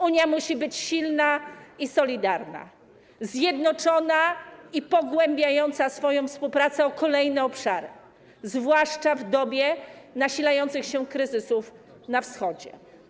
Unia musi być silna i solidarna, zjednoczona, musi pogłębiać współpracę o kolejne obszary, zwłaszcza w dobie nasilających się kryzysów na Wschodzie.